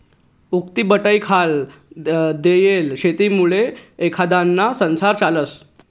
उक्तीबटाईखाल देयेल शेतीमुये एखांदाना संसार चालस